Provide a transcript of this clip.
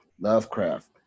lovecraft